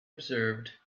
observed